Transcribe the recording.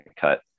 cut